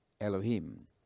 Elohim